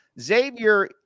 Xavier